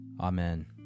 Amen